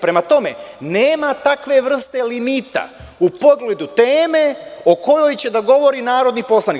Prema tome, nema takve vrste limita u pogledu teme o kojoj će da govori narodni poslanik.